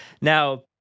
now